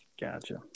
Gotcha